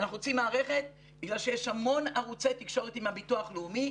אנחנו רוצים מערכת בגלל שיש המון ערוצי תקשורת עם הביטוח לאומי,